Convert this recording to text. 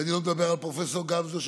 ואני לא מדבר על פרופ' גמזו,